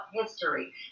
history